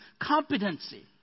competency